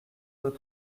deux